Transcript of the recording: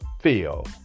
feel